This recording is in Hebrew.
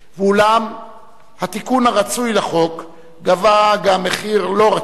ואולם התיקון הרצוי לחוק גבה גם מחיר לא רצוי: